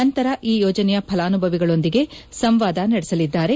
ನಂತರ ಈ ಯೋಜನೆಯ ಫಲಾನುಭವಿಗಳೊಂದಿಗೆ ಸಂವಾದ ನಡೆಸಲಿದ್ದಾರೆ